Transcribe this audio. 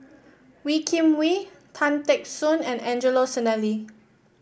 Wee Kim Wee Tan Teck Soon and Angelo Sanelli